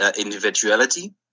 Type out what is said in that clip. individuality